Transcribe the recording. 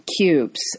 cubes